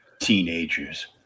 Teenagers